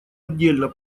отдельно